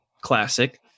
Classic